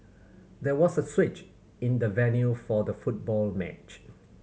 there was a switch in the venue for the football match